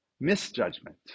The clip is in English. misjudgment